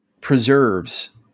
preserves